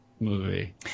movie